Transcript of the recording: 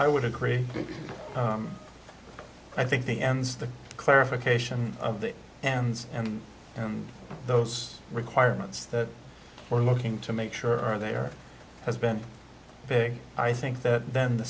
i would agree i think the ends the clarification of the ends and and those requirements that we're looking to make sure are there has been big i think that then the